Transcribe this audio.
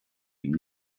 ihm